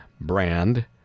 brand